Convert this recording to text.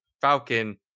Falcon